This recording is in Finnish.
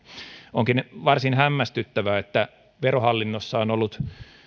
onkin varsin hämmästyttävää että verohallinnossa on ollut